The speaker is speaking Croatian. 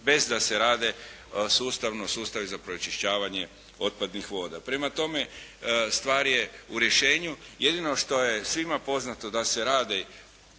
bez da se rade sustavno sustavi za pročišćavanje otpadnih voda. Prema tome, stvar je u rješenju. Jedino što je svima poznato da se radi.